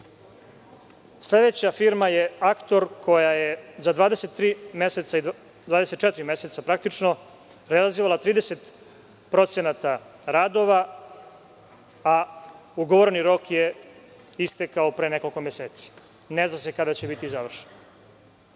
roka. Sledeća firma je „Aktor“ koja je za 24 meseca realizovala 30% radova, a ugovoreni rok je istekao pre nekoliko meseci i ne zna se kada će biti završeno. Sve